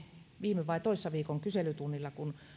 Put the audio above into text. viime vai toissa viikon kyselytunnilla kun